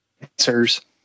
answers